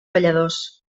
balladors